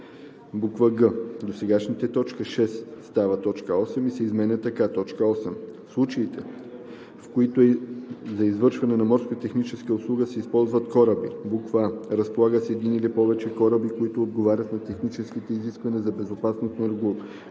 г) досегашната т. 6 става т. 8 и се изменя така: „8. в случаите, в които за извършване на морско-техническа услуга се използват кораби: а) разполага с един или повече кораби, които отговарят на техническите изисквания за безопасност на